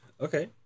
Okay